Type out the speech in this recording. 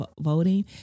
voting